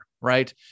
right